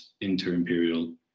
inter-imperial